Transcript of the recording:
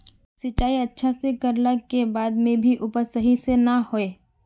सिंचाई अच्छा से कर ला के बाद में भी उपज सही से ना होय?